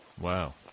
Wow